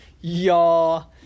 y'all